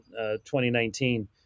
2019